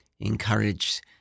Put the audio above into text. encourage